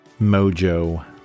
mojo